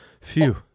Phew